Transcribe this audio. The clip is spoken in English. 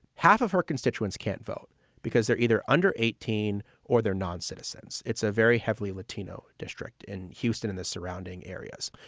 half of her constituents can't vote because they're either under eighteen or they're non-citizens. it's a very heavily latino district in houston in the surrounding areas.